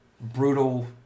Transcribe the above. brutal